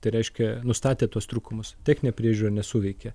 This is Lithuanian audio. tai reiškia nustatė tuos trūkumus techninė priežiūra nesuveikė